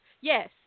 Yes